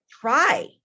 try